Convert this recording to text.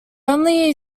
only